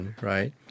right